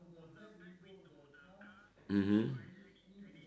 mmhmm